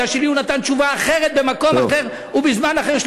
מפני שלי הוא נתן תשובה אחרת במקום אחר ובזמן אחר,